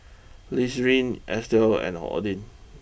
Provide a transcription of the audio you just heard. Lizeth Estel and Odin